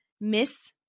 Miss